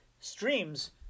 streams